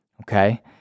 okay